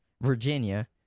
Virginia